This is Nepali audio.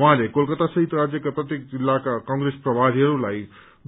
उहाँले कोलकत्तसहित राज्यका प्रत्येक जिल्लाका कंग्रेस प्रभारीहरूलाई